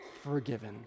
forgiven